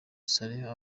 salah